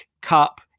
Cup